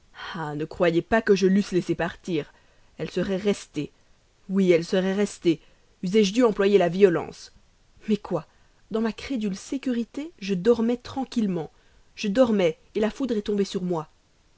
ne croyez pas que je l'eusse laissée partir elle serait restée oui elle serait restée eussé-je dû employer la violence mais quoi dans ma crédule sécurité je dormais tranquillement je dormais la foudre est tombée sur moi